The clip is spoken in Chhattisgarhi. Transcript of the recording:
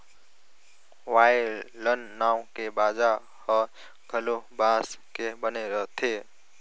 वायलन नांव के बाजा ह घलो बांस के बने रथे